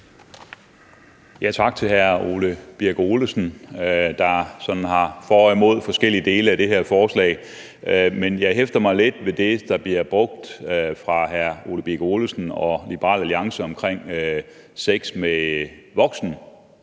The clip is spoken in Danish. Tak til hr. Ole Birk Olesen, der er for og imod forskellige dele af det her forslag. Jeg hæfter mig lidt ved det, der bliver sagt fra hr. Ole Birk Olesen og Liberal Alliances side om sex med